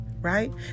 right